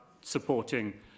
supporting